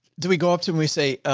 do we go off to when we say, ah,